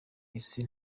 isi